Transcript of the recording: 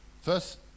First